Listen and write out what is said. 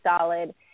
solid